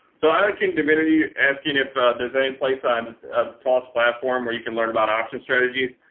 so i like king divinity asking if there's a place on the tos platform where you can learn about option strategies.